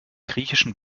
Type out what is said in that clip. griechischen